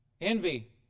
Envy